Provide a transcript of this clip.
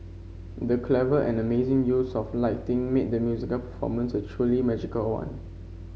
the clever and amazing use of lighting made the musical performance a truly magical one